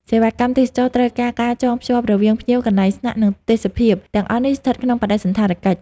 សេវាកម្មទេសចរណ៍ត្រូវការ ការចងភ្ជាប់រវាងភ្ញៀវ កន្លែងស្នាក់ និងទេសភាព ទាំងអស់នេះស្ថិតក្នុងបដិសណ្ឋារកិច្ច។